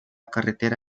carretera